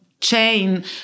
chain